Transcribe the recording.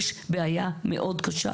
יש בעיה מאוד קשה.